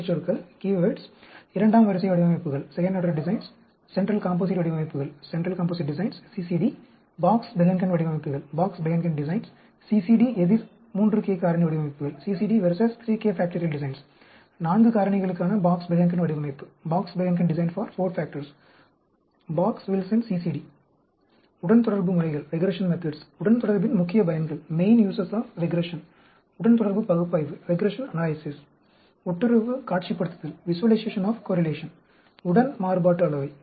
முக்கியச் சொற்கள் இரண்டாம் வரிசை வடிவமைப்புகள் சென்ட்ரல் காம்போசைட் வடிவமைப்புகள் CCD பாக்ஸ் பெஹன்கென் வடிவமைப்புகள் CCD எதிர் 3k காரணி வடிவமைப்புகள் 4 காரணிகளுக்கான பாக்ஸ் பெஹன்கென் வடிவமைப்பு box Wilson CCD BOX WILSON - CCD உடன்தொடர்பு முறைகள் உடன்தொடர்பின் முக்கிய பயன்கள் உடன்தொடர்பு பகுப்பாய்வு ஒட்டுறவு காட்சிப்படுத்துதல் உடன் மாறுபாட்டளவை